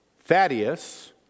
Thaddeus